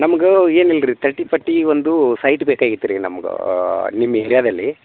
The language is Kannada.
ನಮ್ಗೆ ಏನು ಇಲ್ರಿ ತರ್ಟಿ ಫಾರ್ಟಿ ಒಂದು ಸೈಟ್ ಬೇಕಾಗಿತ್ತು ರೀ ನಮ್ಗೆ ನಿಮ್ಮ ಏರ್ಯಾದಲ್ಲಿ